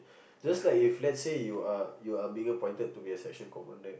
just like if let's say you are you are being appointed to be a section commander